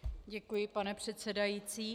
Děkuji, pane předsedající.